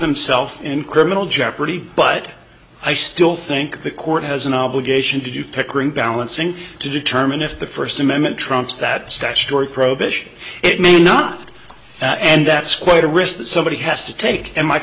themself in criminal jeopardy but i still think the court has an obligation to do pickering balancing to determine if the first amendment trumps that statutory prohibition it may not and that's quite a risk that somebody has to take and my